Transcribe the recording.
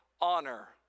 honor